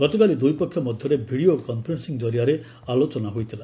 ଗତକାଲି ଦୁଇ ପକ୍ଷ ମଧ୍ୟରେ ଭିଡିଓ କନ୍ଫରେନ୍ନିଂ କରିଆରେ ଆଲୋଚନା ହୋଇଥିଲା